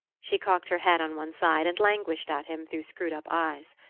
she cocked her head on one side and languished at him through screwed-up eyes.